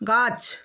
গাছ